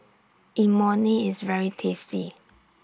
Imoni IS very tasty